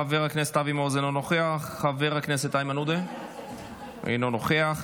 חבר הכנסת איימן עודה אינו נוכח,